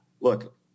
look